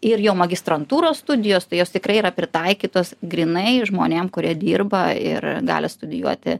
ir jo magistrantūros studijos tai jos tikrai yra pritaikytos grynai žmonėm kurie dirba ir gali studijuoti